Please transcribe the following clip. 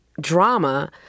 drama